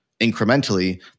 incrementally